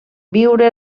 viure